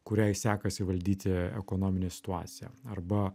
kuriai sekasi valdyti ekonominę situaciją arba